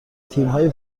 تیمهای